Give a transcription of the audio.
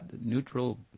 neutral